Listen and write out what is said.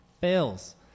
fails